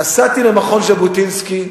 נסעתי למכון ז'בוטינסקי,